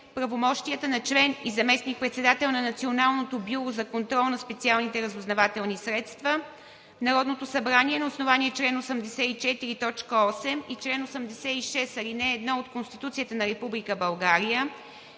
правомощията на член и заместник-председател на Националното бюро за контрол на специалните разузнавателни средства Народното събрание на основание чл. 84, т. 8 и чл. 86, ал. 1 от Конституцията на Република България